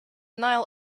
nile